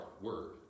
word